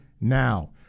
now